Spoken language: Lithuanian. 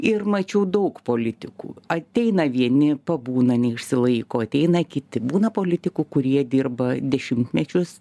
ir mačiau daug politikų ateina vieni pabūna neišsilaiko ateina kiti būna politikų kurie dirba dešimtmečius